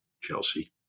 Chelsea